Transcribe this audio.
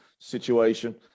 situation